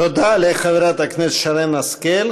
תודה לחברת הכנסת שרן השכל.